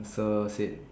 sir said